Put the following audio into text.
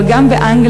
אבל גם באנגליה,